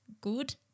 good